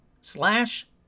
slash